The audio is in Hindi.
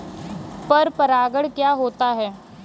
पर परागण क्या होता है?